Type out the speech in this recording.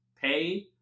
pay